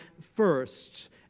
first